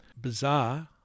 bizarre